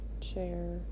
chair